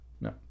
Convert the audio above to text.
No